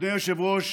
אדוני היושב-ראש,